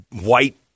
white